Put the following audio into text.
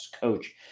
coach